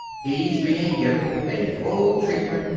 he's being given a full treatment,